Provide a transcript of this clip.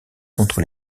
contre